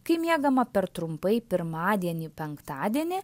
kai miegama per trumpai pirmadienį penktadienį